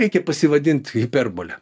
reikia pasivadint hiperbole